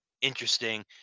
interesting